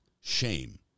shame